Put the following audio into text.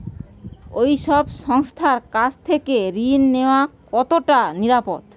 এই সব সংস্থার কাছ থেকে ঋণ নেওয়া কতটা নিরাপদ?